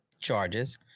charges